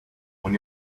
when